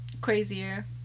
Crazier